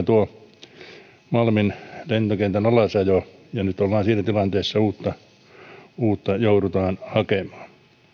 tuo malmin lentokentän alasajohan on surkea näytelmä ja nyt ollaan siinä tilanteessa että uutta joudutaan hakemaan